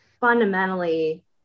fundamentally